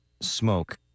Smoke